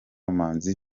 manzi